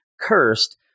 cursed